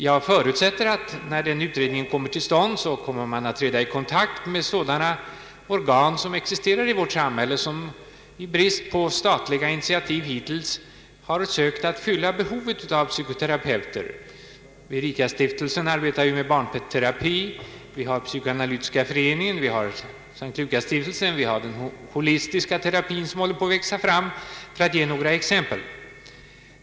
Jag förutsätter att man, när den utredningen kommer till stånd, träder i kontakt med sådana organ som finns i samhället men som i brist på statliga initiativ ändå har försökt fylla behovet av psykoterapeuter. Ericastiftelsen arbetar ju med barnterapi. Vidare finns Psykoanalytiska föreningen, S:t Lukasstiftelsen och den bhollistiska terapin som håller på att växa fram, för att ge några exempel.